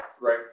right